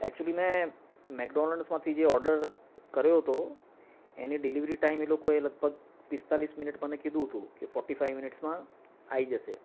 actually મેં મેકડોનલ્સમાંથી જે ઓર્ડર કર્યો હતો એની ડિલિવરી ટાઇમ એ લોકોએ લગભગ પિસ્તાલીસ મિનિટ મને કીધું હતું કે ફોર્ટી ફાઈ મિનિટ્સમાં આવી જશે